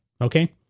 Okay